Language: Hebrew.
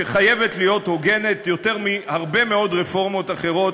שחייבת להיות הוגנת יותר מאשר בהרבה מאוד רפורמות אחרות